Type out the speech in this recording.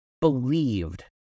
believed